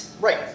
Right